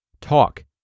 talk